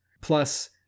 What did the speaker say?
plus